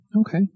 Okay